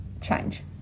change